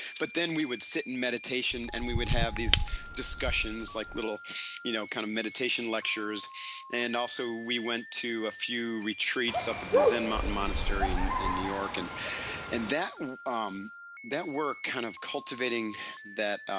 but then we would sit in meditation and we would have these discussions like little you know kind of meditation lectures and also we went to a few retreats up at the zen mountain monastery in in new york and and that um that were kind of cultivating that